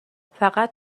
فقط